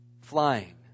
flying